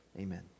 Amen